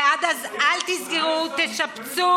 ועד אז אל תסגרו, תשפצו.